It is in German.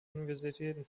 universitäten